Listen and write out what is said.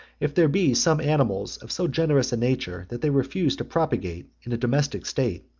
if there be some animals of so generous a nature that they refuse to propagate in a domestic state,